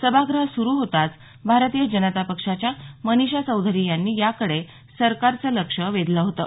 सभागृह सुरू होताच भारतीय जनता पक्षाच्या मनीषा चौधरी यांनी याकडे सरकारचं लक्ष वेधलं होतं